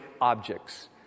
objects